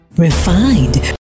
refined